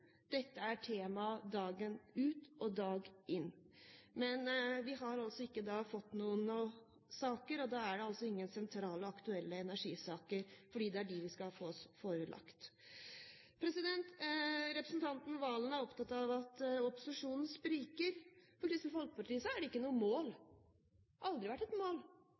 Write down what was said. dette er tema dag ut og dag inn. Men vi har ikke fått noen saker, og da er det altså ingen sentrale, aktuelle energisaker. Og det er det vi skal få oss forelagt. Representanten Serigstad Valen var opptatt av at opposisjonen spriker. For Kristelig Folkeparti er det ikke noe mål – det har aldri vært et mål